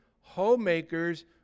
homemakers